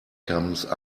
comes